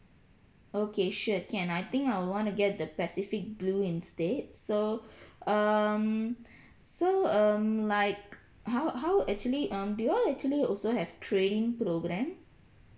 okay sure can I think I will wanna get the pacific blue instead so um so um like how how actually um do you all actually also have trade in program